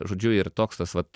žodžiu ir toks tas vat